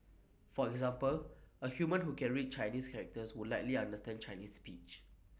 for example A human who can read Chinese characters would likely understand Chinese speech